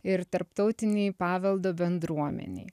ir tarptautinei paveldo bendruomenei